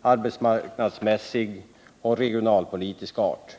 arbetsmarknadsmässig och regionalpolitisk art.